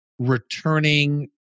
returning